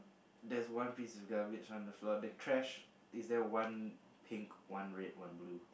there's one piece of garbage lying on the floor the trash is there one pink one red one blue